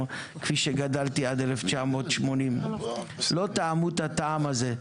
כפי שגדלתי עד 1980. לא טעמו את הטעם הזה.